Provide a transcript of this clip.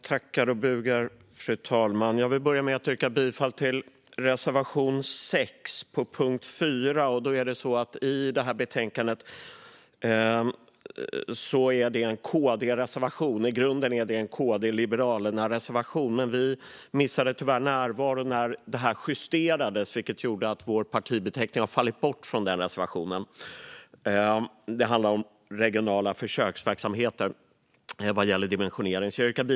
Fru talman! Jag vill börja med att yrka bifall till reservation 6 under punkt 4. I betänkandet är det en KD-reservation. I grunden är det en KDLreservation, men vi missade tyvärr att närvara när det justerades, vilket har lett till att vår partibeteckning har fallit bort från reservationen. Det handlar om regionala försöksverksamheter vad gäller dimensionering.